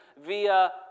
via